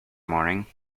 morning